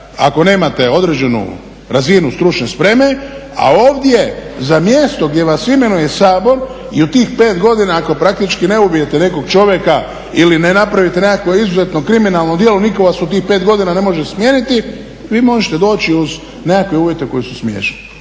ako nemate određenu razinu stručne spreme, a ovdje za mjesto gdje vas imenuje Sabor i u tih 5 godina ako praktički ne ubijete nekog čovjeka ili ne napravite nekakvo izuzetno kriminalno djelo nitko vas u tih 5 godina ne može smijeniti vi možete doći uz nekakve uvjete koji su smiješni.